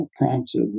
prompted